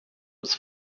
was